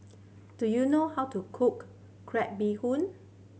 do you know how to cook crab bee hoon